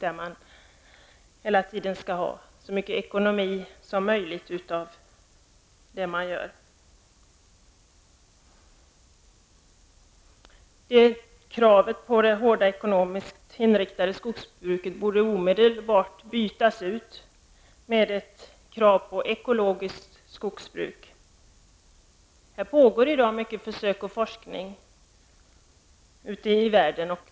Hela tiden skall ju det som görs vara så ekonomiskt som möjligt. Kravet på ett hårt ekonomiskt inriktat skogsbruk borde omedelbart bytas ut mot ett krav på att det skall vara ett ekologiskt skogsbruk. På det området förekommer det i dag många försök och mycken forskning ute i världen.